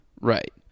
Right